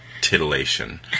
titillation